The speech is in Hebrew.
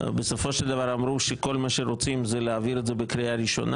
בסופו של דבר אמרו שכל מה שרוצים זה להעביר את זה בקריאה הראשונה.